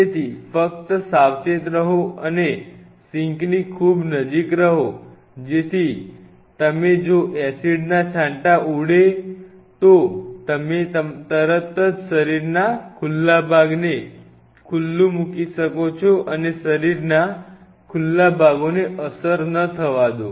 તેથી ફક્ત સાવચેત રહો અને સિંકની ખૂબ નજીક રહો જેથી તમે જો એસિડના છાંટા ઉડે તો હોય તો તમે તરત જ શરીરના ભાગને ખુલ્લા મૂકો અને શરીરના ખુલ્લા ભાગોને અસર ન થ વા દો